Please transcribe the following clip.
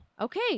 Okay